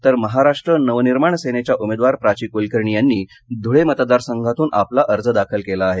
तर महाराष्ट्र नवनिर्माण सेनेच्या उमदेवार प्राची कुलकर्णी यांनी धुळे मतदारसंघातून आपला अर्ज दाखल केला आहे